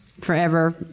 forever